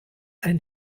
ein